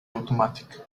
automatic